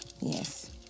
Yes